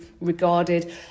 regarded